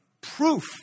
Proof